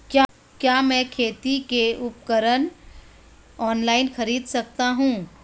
क्या मैं खेती के उपकरण ऑनलाइन खरीद सकता हूँ?